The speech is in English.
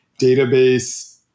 database